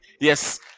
yes